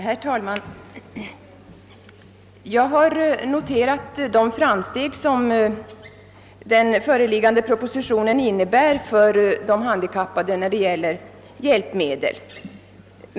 Herr talman! Jag har noterat de framsteg som föreliggande proposition inne bär för de handikappade när det gäller hjälpmedel.